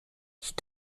ich